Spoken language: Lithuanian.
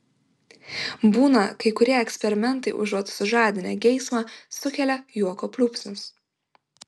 būna kai kurie eksperimentai užuot sužadinę geismą sukelia juoko pliūpsnius